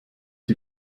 die